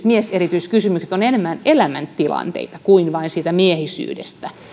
mieserityiskysymykset ovat enemmän elämäntilanteita kuin vain siitä miehisyydestä johtuvia